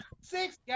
six